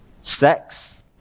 sex